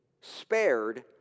spared